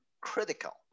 critical